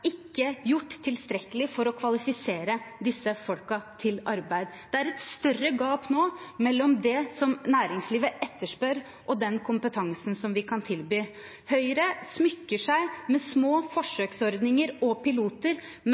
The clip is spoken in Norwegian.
ikke gjort tilstrekkelig for å kvalifisere disse folkene til arbeid. Det er et større gap nå mellom det som næringslivet etterspør, og den kompetansen som vi kan tilby. Høyre smykker seg med små forsøksordninger og piloter,